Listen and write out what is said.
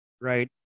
right